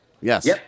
Yes